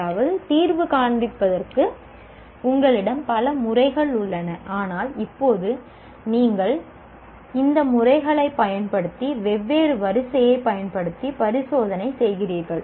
அதாவது தீர்வு காண்பதற்கு உங்களிடம் பல முறைகள் உள்ளன ஆனால் இப்போது நீங்கள் இந்த முறைகளைப் பயன்படுத்தி வெவ்வேறு வரிசையைப் பயன்படுத்தி பரிசோதனை செய்கிறீர்கள்